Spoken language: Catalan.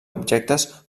objectes